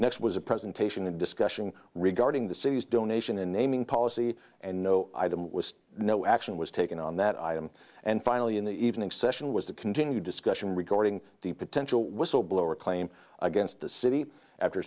next was a presentation a discussion regarding the city's donation and naming policy and no item was no action was taken on that item and finally in the evening session was to continue discussion regarding the potential whistleblower claim against the city after